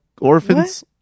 orphans